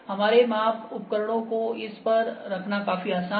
हमारे माप उपकरणों को इस पर रखना काफी आसान है